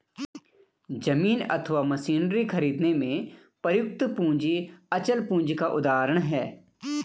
जमीन अथवा मशीनरी खरीदने में प्रयुक्त पूंजी अचल पूंजी का उदाहरण है